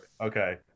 Okay